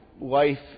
life